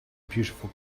beautiful